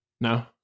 No